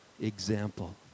example